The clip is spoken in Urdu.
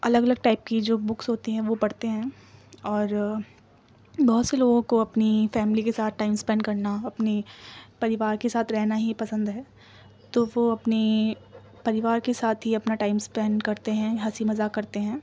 الگ الگ ٹائپ کی جو بکس ہوتی ہیں وہ پڑھتے ہیں اور بہت سے لوگوں کو اپنی فیملی کے ساتھ ٹائم اسپینڈ کرنا اپنی پریوار کے ساتھ رہنا ہی پسند ہے تو وہ اپنی پریوار کے ساتھ ہی اپنا ٹائم اسپینڈ کرتے ہیں ہنسی مذاق کرتے ہیں